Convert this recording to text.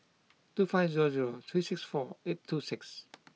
two five zero zero three six four eight two six